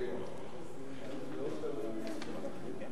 בית-המשפט העליון האמריקני קבע